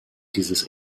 dieses